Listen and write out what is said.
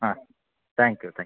ಹಾಂ thank you thank you